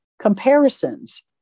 comparisons